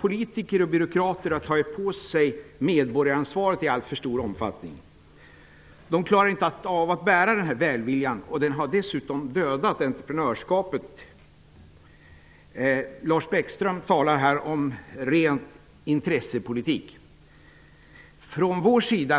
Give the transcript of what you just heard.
Politiker och byråkrater har i allt för stor omfattning tagit på sig medborgaransvaret. De klarar inte av att bära denna välvilja, och den har dessutom dödat entreprenörskapet. Lars Bäckström talar här om ren intressepolitik. Från kds sida